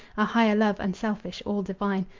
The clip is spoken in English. a higher love, unselfish, all divine,